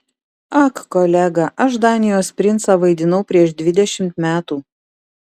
ak kolega aš danijos princą vaidinau prieš dvidešimt metų